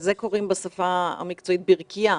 לזה קוראים בשפה המקצועית ברכייה.